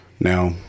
Now